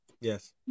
Yes